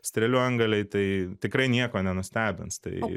strėlių antgaliai tai tikrai nieko nenustebins tai